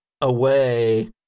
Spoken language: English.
away